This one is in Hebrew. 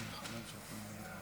ונרגש להציג את הצעת החוק שלי למניעת